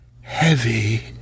Heavy